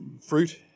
fruit